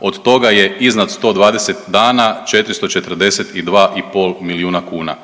od toga je iznad 120 dana 442 i pol milijuna kuna.